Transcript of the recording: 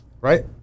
right